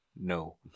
no